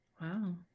Wow